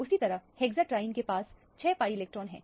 उसी तरह हेक्साट्रिन के पास 6 pi इलेक्ट्रॉन है